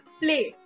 play